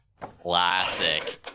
classic